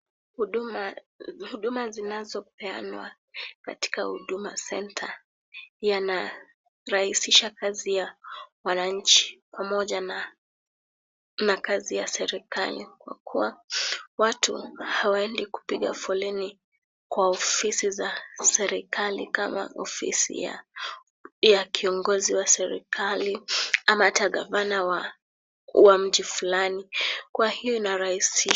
Huduma zinazopeanwa katika huduma(cs) centre (cs), yanarahisisha kazi wa mwananchi, pamoja na makazi ya serikali, kwa kuwa watu hawaendi kupiga foleni kwa ofisi za serikali kama afisi za kiongozi wa serikali ama hata gavana wa mji fulani. Kwa hivyo inarahisisha.